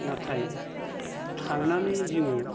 नाथाय थांनानै जोङो